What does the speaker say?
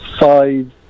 five